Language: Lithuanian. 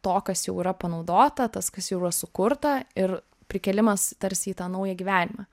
to kas jau yra panaudota tas kas jau yra sukurta ir prikėlimas tarsi į tą naują gyvenimą